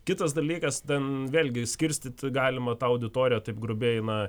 kitas dalykas ten vėlgi skirstyt galima tą auditoriją taip grubiai na